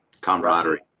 camaraderie